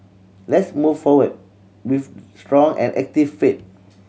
let's move forward with strong and active faith